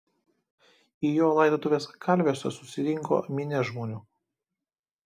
į jo laidotuves kalviuose susirinko minia žmonių